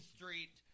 Street